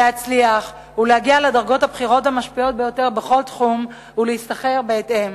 להצליח ולהגיע לדרגות הבכירות המשפיעות ביותר בכל תחום ולהשתכר בהתאם.